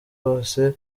hose